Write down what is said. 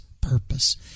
purpose